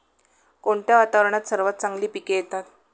कोणत्या वातावरणात सर्वात चांगली पिके येतात?